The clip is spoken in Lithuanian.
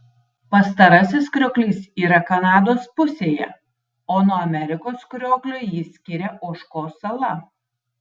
pastarasis krioklys yra kanados pusėje o nuo amerikos krioklio jį skiria ožkos sala